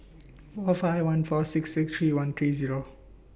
four five one four six six three one three Zero